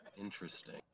interesting